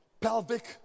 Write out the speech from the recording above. pelvic